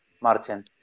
Martin